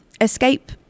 escape